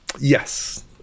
yes